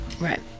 right